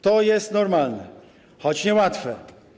To jest normalne, choć niełatwe.